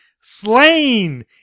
slain